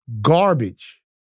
garbage